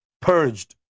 Purged